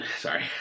sorry